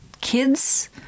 kids